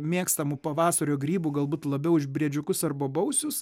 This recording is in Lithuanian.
mėgstamų pavasario grybų galbūt labiau už briedžiukus ar bobausius